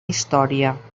història